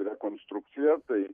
rekonstrukcija tai